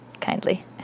kindly